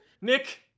Nick